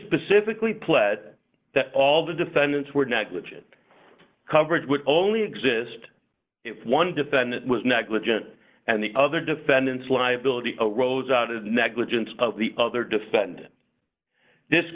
specifically pledge that all the defendants were negligent coverage would only exist if one defendant was negligent and the other defendants liability rose out of negligence of the other defendant this